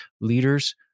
Leaders